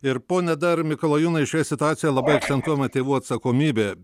ir pone dar mikalajūnai šioje situacijoje labai akcentuojama tėvų atsakomybė